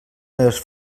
meves